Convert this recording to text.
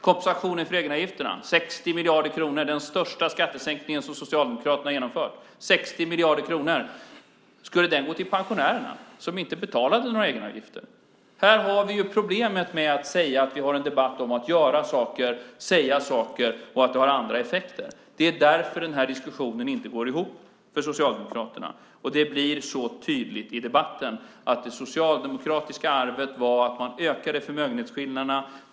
Kompensationen för egenavgifterna, 60 miljarder kronor, den största skattesänkningen som Socialdemokraterna genomfört, skulle den gå till pensionärerna som inte betalade några egenavgifter? Här har vi problemet med att säga att vi har en debatt om att göra saker, säga saker och att det har andra effekter. Det är därför den här diskussionen inte går ihop för Socialdemokraterna. Det blir så tydligt i debatten att det socialdemokratiska arvet var att man ökade förmögenhetsskillnaderna.